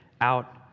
out